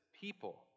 people